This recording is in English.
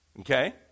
Okay